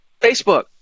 Facebook